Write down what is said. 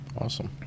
Awesome